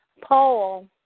Paul